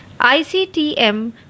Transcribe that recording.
ICTM